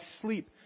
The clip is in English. sleep